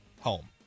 home